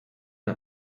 not